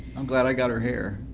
i'm glad i got her hair.